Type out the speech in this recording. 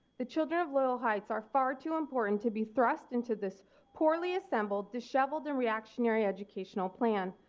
the children of loyal heights are far too important to be thrust into this poorly assembled, disheveled and reactionary educational plan.